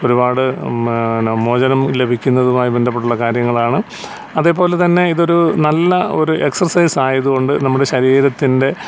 ഒരുപാട് മോചനം ലഭിക്കുന്നതുമായി ബന്ധപ്പെട്ടുള്ള കാര്യങ്ങളാണ് അതുപോലെതന്നെ ഇതൊരു നല്ല എക്സസൈസ് ആയതുകൊണ്ട് നമ്മുടെ ശരീരത്തിൻ്റെ